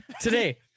today